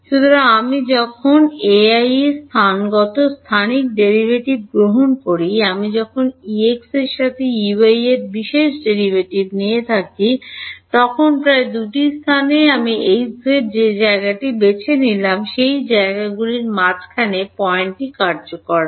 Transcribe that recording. সুতরাং আমি যখন এ আই এর স্থানগত স্থানিক ডেরাইভেটিভ গ্রহণ করি আমি যখন এক্স এর সাথে Ey এর বিশেষ ডেরাইভেটিভ নিয়ে থাকি তখন প্রায় 2 স্থানে আমি Hz যে জায়গাটি বেছে নিয়েছিলাম সেই জায়গাগুলির মাঝখানে পয়েন্টটি কার্যকর হয়